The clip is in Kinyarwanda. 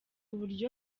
uburyo